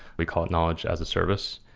we call it knowledge as a service,